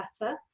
better